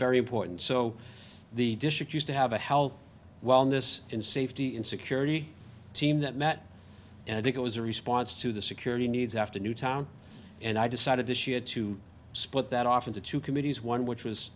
very important so the district used to have a health wellness and safety and security team that met and i think it was a response to the security needs after newtown and i decided this year to split that off into two committees one which was